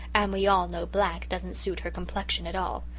and we all know black doesn't suit her complexion at all.